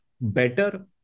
better